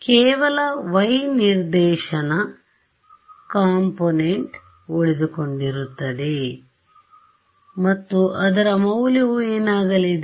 ಕೇವಲ yˆ ನಿರ್ದೇಶನ yˆ component ಉಳಿದುಕೊಂಡಿರುತ್ತದೆ ಮತ್ತು ಅದರ ಮೌಲ್ಯವು ಏನಾಗಲಿದೆ